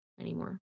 anymore